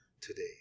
today